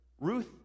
Ruth